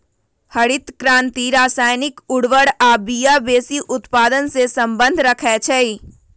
हरित क्रांति रसायनिक उर्वर आ बिया वेशी उत्पादन से सम्बन्ध रखै छै